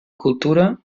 cultura